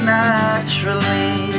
naturally